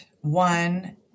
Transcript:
One